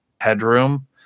headroom